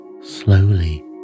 slowly